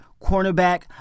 cornerback